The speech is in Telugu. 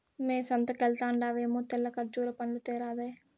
మ్మే సంతకెల్తండావేమో తెల్ల కర్బూజా పండ్లు తేరాదా